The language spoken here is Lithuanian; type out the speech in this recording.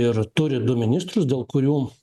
ir turi du ministrus dėl kurių